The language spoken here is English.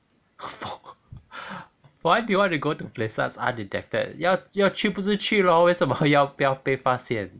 why do you want to go to places undetected 要要去不是去咯为什么还要不要被发现